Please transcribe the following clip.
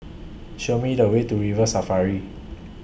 Show Me The Way to River Safari